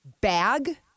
bag